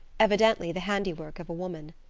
evidently the handiwork of a woman.